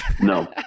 no